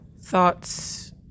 thoughts